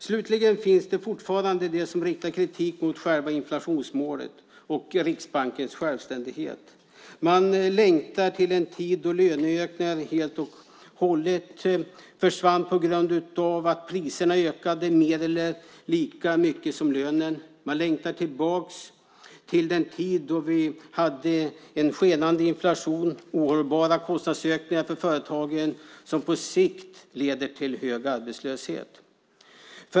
Slutligen finns det fortfarande de som riktar kritik mot själva inflationsmålet och Riksbankens självständighet. De längtar tillbaka till en tid då löneökningar helt och hållet försvann på grund av att priserna ökade mer eller lika mycket som lönen. De längtar tillbaka till den tid då vi hade en skenande inflation och ohållbara kostnadsökningar för företagen som på sikt leder till hög arbetslöshet.